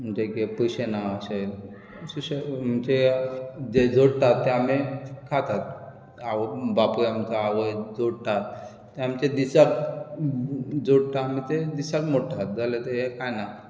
म्हणजे की पयशे ना अशे म्हणजे जे जोडटात तें आमी खातात बापूय आमकां आवय जोडटा ते आमचे दिसाक जोडटा ते आमी दिसाक मोडटा जाले तें कांय ना